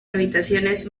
habitaciones